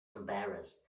embarrassed